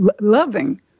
loving